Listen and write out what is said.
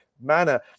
manner